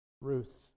Ruth